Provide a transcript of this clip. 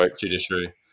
judiciary